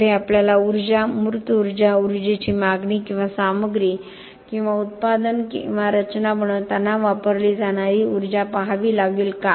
पुढे आपल्याला ऊर्जा मूर्त ऊर्जा ऊर्जेची मागणी किंवा सामग्री किंवा उत्पादन किंवा रचना बनवताना वापरली जाणारी ऊर्जा पाहावी लागेल का